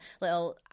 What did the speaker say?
little